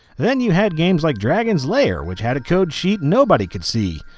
then you had games like dragons lair which had a code sheet nobody could see.